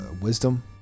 Wisdom